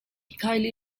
kylie